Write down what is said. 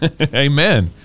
amen